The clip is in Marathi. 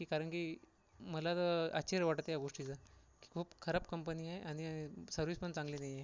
की कारण की मला तर आश्चर्य वाटत आहे या गोष्टीचं खूप खराब कंपनी आहे आणि सर्व्हिस पण चांगली नाही आहे